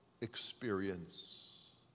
experience